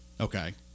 Okay